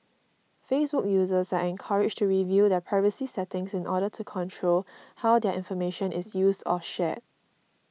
Facebook users are encouraged to review their privacy settings in order to control how their information is used or shared